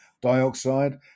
dioxide